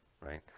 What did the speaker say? right